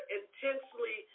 intensely